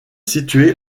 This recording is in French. située